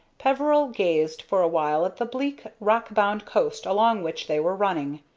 peveril gazed for a while at the bleak, rock-bound coast along which they were running,